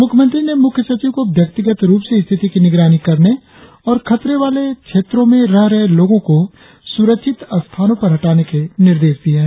मुख्यमंत्री ने मुख्य सचिव को व्यक्तिगत रुप से स्थिति की निगरानी करने और खतरे वाले क्षेत्रों में रह रहे लोगों को सुरक्षित स्थानों पर हटाने के निर्देश दिये है